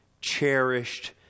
cherished